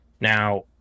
now